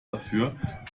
dafür